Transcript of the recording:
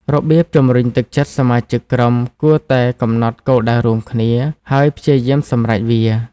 របៀបជំរុញទឹកចិត្តសមាជិកក្រុមក្រុមគួរតែកំណត់គោលដៅរួមគ្នា ហើយព្យាយាមសម្រេចវា។